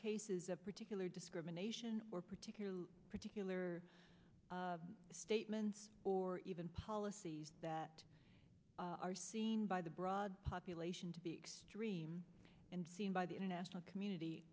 cases of particular discrimination or particular particular statements or even policies that are seen by the broad population to be extreme and seen by the international community